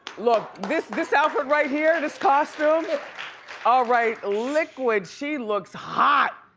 look, this this outfit right here, this costume, all right, liquid, she looks hot!